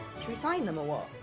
we sign them or what?